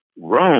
Rome